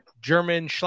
German